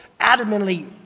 adamantly